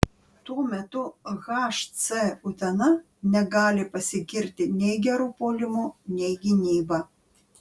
tuo metu hc utena negali pasigirti nei geru puolimu nei gynyba